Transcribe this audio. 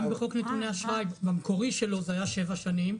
גם בחוק נתוני אשראי במקורי שלו זה היה 7 שנים,